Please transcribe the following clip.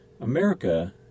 America